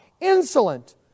insolent